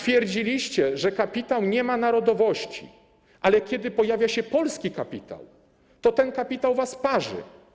Twierdziliście, że kapitał nie ma narodowości, ale kiedy pojawia się polski kapitał, to ten kapitał was parzy.